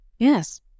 Yes